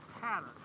pattern